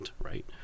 right